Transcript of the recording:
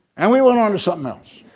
and we went on to something else.